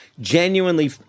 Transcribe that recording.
genuinely